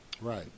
Right